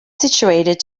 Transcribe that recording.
situated